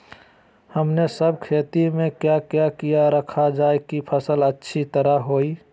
हमने सब खेती में क्या क्या किया रखा जाए की फसल अच्छी तरह होई?